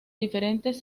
diferentes